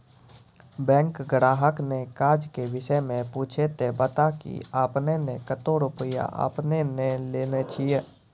Bank ग्राहक ने काज के विषय मे पुछे ते बता की आपने ने कतो रुपिया आपने ने लेने छिए?